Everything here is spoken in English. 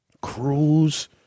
Cruz